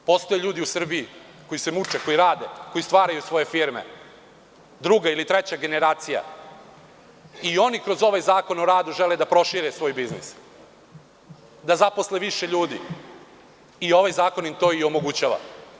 Postoje ljudi u Srbiji koji se muče, koji rade, koji stvaraju svoje firme, druga ili treća generacija i oni kroz ovaj Zakon o radu žele da prošire svoj biznis, da zaposle više ljudi i ovaj zakon im to omogućava.